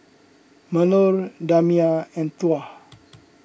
Melur Damia and Tuah